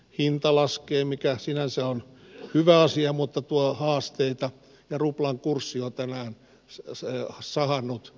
hinta laskee mikä sinänsä on hyvä asia mutta tuo haasteita ja ruplan kurssi opeilla satosuo ja sahannut